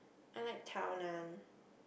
I like Tao Nan